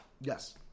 Yes